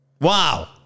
Wow